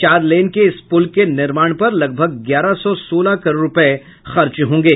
चार लेन के इस पुल के निर्माण पर लगभग ग्यारह सौ सोलह करोड़ रूपये खर्च होंगे